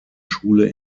schule